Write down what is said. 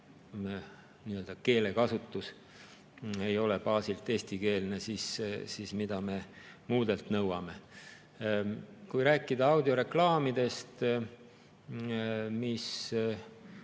keelekasutus ei ole baasilt eestikeelne, siis mida me muudelt nõuame. Kui rääkida audioreklaamidest, mis